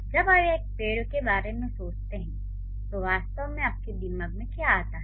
जब आप एक पेड़ के बारे में सोचते हैं तो वास्तव में आपके दिमाग में क्या आता है